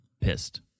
pissed